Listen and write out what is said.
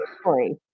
story